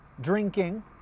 drinking